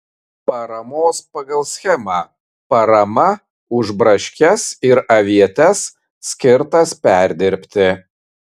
paramos pagal schemą parama už braškes ir avietes skirtas perdirbti